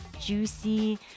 juicy